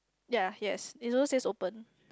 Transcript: ya yes it's also says open